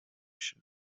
się